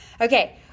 okay